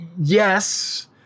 Yes